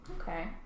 Okay